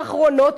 אחת,